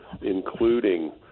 including